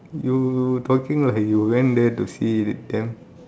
you talking like you went there to see with them